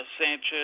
Sanchez